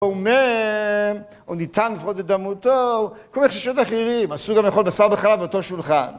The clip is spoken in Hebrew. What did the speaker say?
הוא אומר, או ניתן לפחות לדמותו, כל מיני חשישות אחרים, אסור גם לאכול בשר בחלב באותו שולחן.